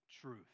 truth